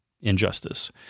injustice